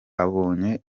abonye